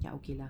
ya okay lah